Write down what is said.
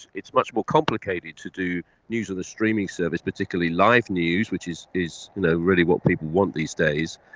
it's much more complicated to do news on a streaming service, particularly live news, which is is you know really what people want these days.